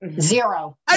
zero